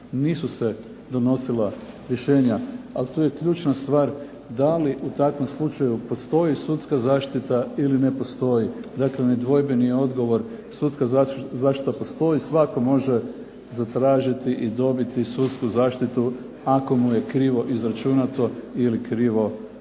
nisu se donosila rješenja, ali to je ključna stvar da li u takvom slučaju postoji sudska zaštita ili ne postoji. Dakle, nedvojbeni je odgovor sudska zaštita postoji. Svatko može zatražiti i dobiti sudsku zaštitu ako mu je krivo izračunato ili krivo riješeno.